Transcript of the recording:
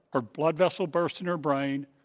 her blood vessel burst in her brain,